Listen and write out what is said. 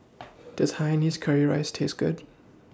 Does Hainanese Curry Rice Taste Good